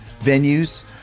venues